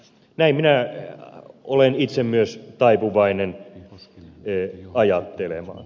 näin minä olen itse myös taipuvainen ajattelemaan